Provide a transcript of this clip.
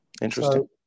Interesting